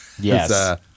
Yes